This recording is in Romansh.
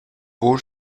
buca